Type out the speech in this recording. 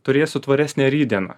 turėsiu tvaresnę rytdieną